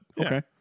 okay